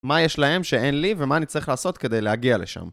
מה יש להם שאין לי ומה אני צריך לעשות כדי להגיע לשם.